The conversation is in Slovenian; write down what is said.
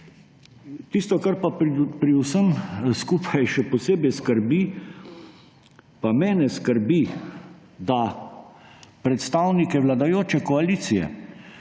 Tisto, kar pa je pri vsem skupaj še posebej zaskrbljujoče, pa je, da predstavnike vladajoče koalicije